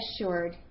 assured